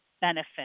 benefit